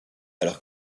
alors